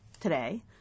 today